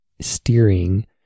steering